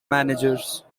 managers